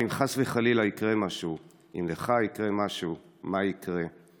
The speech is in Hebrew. ואם חס וחלילה יקרה משהו ואם לך יקרה משהו מה יקרה,